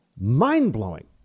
Mind-blowing